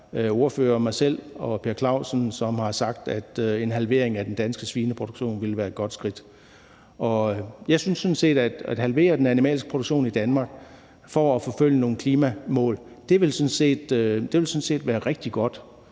ordførere som mig selv og Per Clausen har sagt, at en halvering af den danske svineproduktion ville være et godt skridt. Jeg synes sådan set, at det at halvere den animalske produktion i Danmark for at forfølge nogle klimamål ville være rigtig godt.